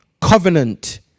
covenant